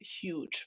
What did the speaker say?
huge